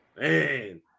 man